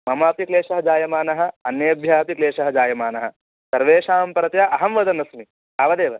मम अपि क्लेशः जायमानः अन्येभ्यः अपि क्लेशः जायमानः सर्वेषां परतया अहं वदन् अस्मि तावदेव